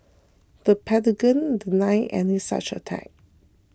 the pentagon denied any such attack